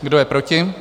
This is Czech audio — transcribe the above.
Kdo je proti?